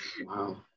Wow